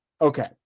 Okay